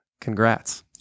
Congrats